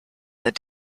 that